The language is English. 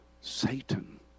Satan